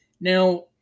Now